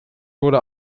wurde